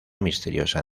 misteriosa